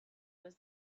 was